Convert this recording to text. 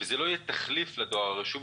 ולא כתחליף לדואר הרשום,